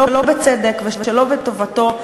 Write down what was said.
שלא בצדק ושלא בטובתו,